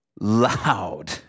loud